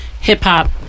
hip-hop